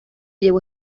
llevó